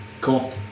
Cool